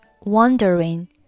wondering